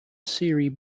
serie